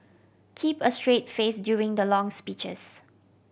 keep a straight face during the long speeches